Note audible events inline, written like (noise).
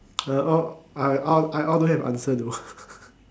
uh all I all I all don't have answer though (laughs)